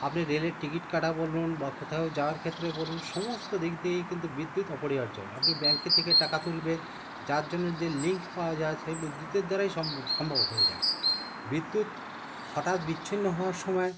আপনি রেলের টিকিট কাটা বলুন বা কোথাও যাওয়ার ক্ষেত্রে বলুন সমস্ত দিক দিয়েই কিন্তু বিদ্যুৎ অপরিহার্য আপনি ব্যাঙ্কে থেকে টাকা তুলবেন যার জন্যে যে লিঙ্ক পাওয়া যায় সেই বিদ্যুতের দ্বারাই সম্ভব হয়ে যায় বিদ্যুৎ হঠাৎ বিচ্ছিন্ন হওয়ার সময়